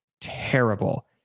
terrible